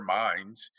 minds